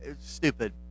stupid